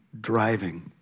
driving